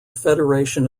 federation